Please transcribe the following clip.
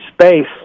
space